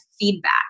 feedback